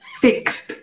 fixed